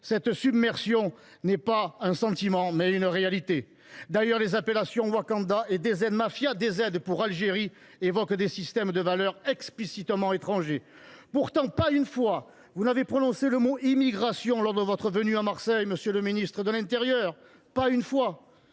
cette submersion est non pas un « sentiment », mais une réalité ! D’ailleurs, les appellations, Wakanda et DZ Mafia – DZ pour Algérie –, évoquent des systèmes de valeurs explicitement étrangers. Pourtant, pas une fois, vous n’avez prononcé le mot « immigration » lors de votre venue à Marseille, monsieur le ministre de l’intérieur. Pas une fois